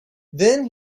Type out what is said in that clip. then